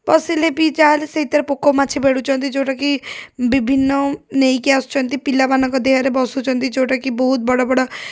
ବସିଲେ ବି ଯାହାହେଲେ ସେଇଥିରେ ପୋକ ମାଛି ବେଢୁଛନ୍ତି ଯେଉଁଟାକି ବିଭିନ୍ନ ନେଇକି ଆସୁଛନ୍ତି ପିଲାମାନଙ୍କ ଦେହରେ ବସୁଛନ୍ତି ଯେଉଁଟାକି ବହୁତ ବଡ଼ ବଡ଼